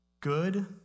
good